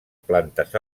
plantes